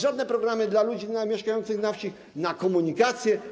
żadne programy dla ludzi mieszkających na wsi, na komunikację.